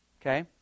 Okay